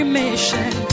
mission